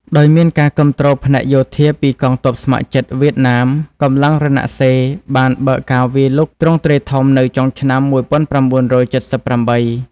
ដោយមានការគាំទ្រផ្នែកយោធាពីកងទ័ពស្ម័គ្រចិត្តវៀតណាម កម្លាំងរណសិរ្សបានបើកការវាយលុកទ្រង់ទ្រាយធំនៅចុងឆ្នាំ ១៩៧៨។